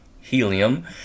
Helium